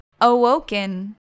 awoken